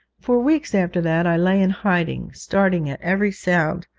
for weeks after that i lay in hiding, starting at every sound,